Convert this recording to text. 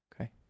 Okay